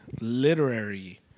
literary